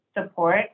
support